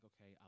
okay